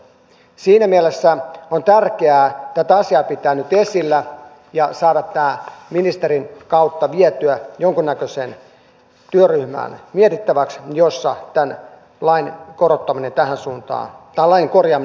siinä mielessä on tärkeää pitää tätä asiaa nyt esillä ja saada tämä ministerin kautta vietyä mietittäväksi jonkunnäköiseen työryhmään jossa tämän lain korjaaminen tähän suuntaan tulisi toteutumaan